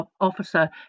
Officer